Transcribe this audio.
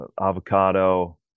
avocado